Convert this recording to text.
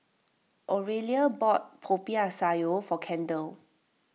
Oralia bought Popiah Sayur for Kendal